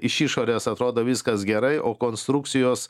iš išorės atrodo viskas gerai o konstrukcijos